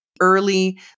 early